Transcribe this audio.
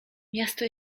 miasto